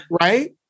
right